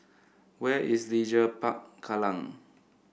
where is Leisure Park Kallang